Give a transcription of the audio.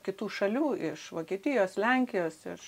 kitų šalių iš vokietijos lenkijos iš